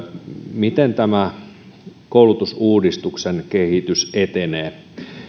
miten tämä koulutusuudistuksen kehitys etenee